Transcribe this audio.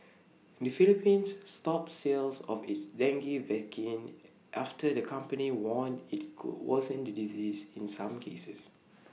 the Philippines stopped sales of its dengue vaccine after the company warned IT could worsen the disease in some cases